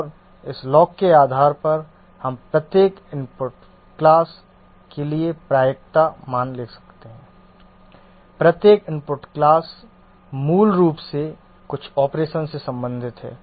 और इस लॉग के आधार पर हम प्रत्येक इनपुट क्लास के लिए प्रायिकता मान दे सकते हैं प्रत्येक इनपुट क्लास मूल रूप से कुछ ऑपरेशन से संबंधित है